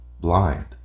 blind